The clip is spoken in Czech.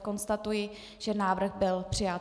Konstatuji, že návrh byl přijat.